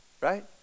right